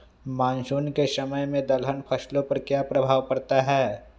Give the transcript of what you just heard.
Monsoon के समय में दलहन फसलो पर क्या प्रभाव पड़ता हैँ?